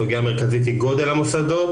הסוגיה המרכזית היא גודל המוסדות,